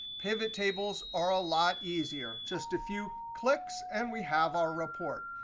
pivottables are a lot easier. just a few clicks, and we have our report.